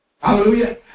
Hallelujah